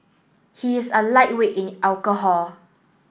he is a lightweight in alcohol